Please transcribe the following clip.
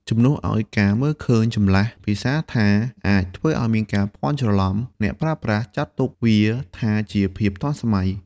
ជំនួសឱ្យការមើលឃើញចម្លាស់ភាសាថាអាចធ្វើឱ្យមានការភ័ន្តច្រឡំ អ្នកប្រើប្រាស់ចាត់ទុកវាថាជាភាពទាន់សម័យ។